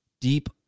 deep